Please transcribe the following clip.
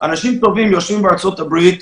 אנשים טובים יושבים בארצות הברית,